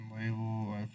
label